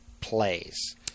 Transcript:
plays